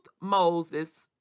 Moses